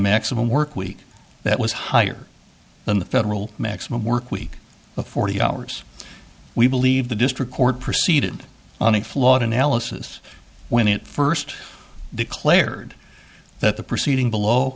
maximum workweek that was higher than the federal maximum workweek of forty hours we believe the district court proceeded on a flawed analysis when it first declared that the proceeding below